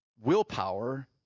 willpower